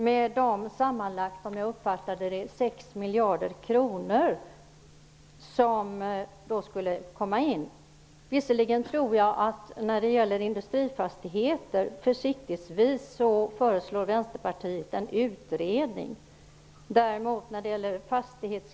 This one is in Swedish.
Det skulle sammanlagt komma in 6 miljarder kronor, om jag förstod det rätt. Vänsterpartiet föreslår försiktigtsvis att en utredning skall se över frågan om beskattning av industrifastigheter.